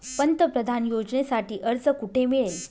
पंतप्रधान योजनेसाठी अर्ज कुठे मिळेल?